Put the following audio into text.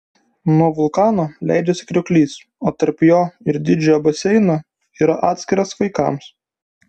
nuo vulkano leidžiasi krioklys o tarp jo ir didžiojo baseino yra atskiras vaikams